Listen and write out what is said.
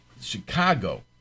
Chicago